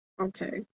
Okay